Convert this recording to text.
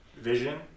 Vision